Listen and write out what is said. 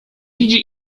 widzi